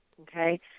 Okay